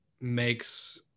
makes